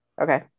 okay